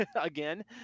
again